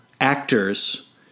actors